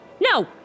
No